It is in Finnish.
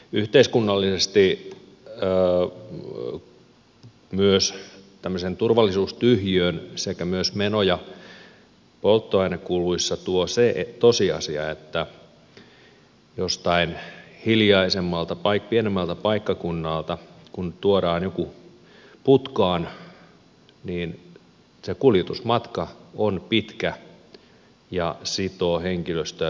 yhteiskunnallisesti myös tämmöisen turvallisuustyhjiön myös meno ja polttoainekuluissa tuo se tosiasia että jostain hiljaisemmalta ja pienemmältä paikkakunnalta kun tuodaan joku putkaan niin se kuljetusmatka on pitkä ja sitoo henkilöstöä pitkän ajan